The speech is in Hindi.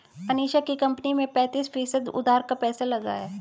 अनीशा की कंपनी में पैंतीस फीसद उधार का पैसा लगा है